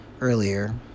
earlier